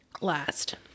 Last